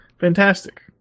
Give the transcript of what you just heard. Fantastic